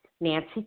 Nancy